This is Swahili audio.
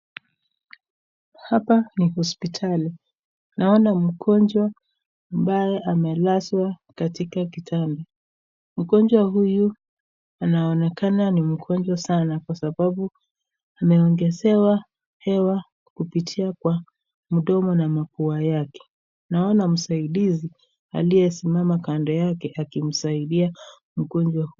Hapa ni hospitali. Naona mgonjwa ambaye amelazwa katika kitanda. Mgonjwa huyu anaonekana ni mgonjwa sana kwa sababu ameongezewa hewa kupitia kwa mdomo na mapua yake. Naona msaidizi aliyesimama kando yake akimsaidia mgonjwa.